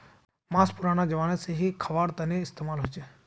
माँस पुरना ज़माना से ही ख्वार तने इस्तेमाल होचे